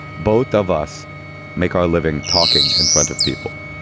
both of us make our living talking in front of people.